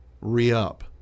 re-up